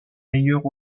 meilleures